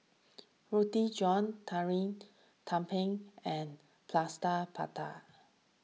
Roti John Tumpeng and Plaster Prata